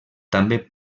també